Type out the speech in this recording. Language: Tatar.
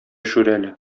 шүрәле